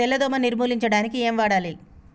తెల్ల దోమ నిర్ములించడానికి ఏం వాడాలి?